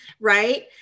right